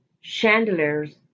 chandeliers